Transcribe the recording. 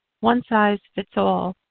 one-size-fits-all